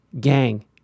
gang